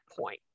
point